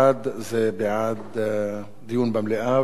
בעד דיון במליאה, ונגד זה הסרה.